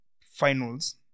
finals